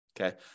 Okay